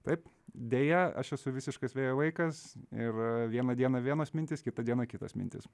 taip deja aš esu visiškas vėjo vaikas ir vieną dieną vienos mintys kitą dieną kitos mintys